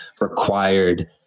required